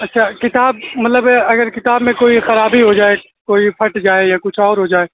اچھا کتاب مطلب اگر کتاب میں کوئی خرابی ہو جائے کوئی پھٹ جائے یا کچھ اور ہو جائے